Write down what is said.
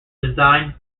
design